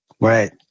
Right